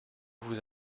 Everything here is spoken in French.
vous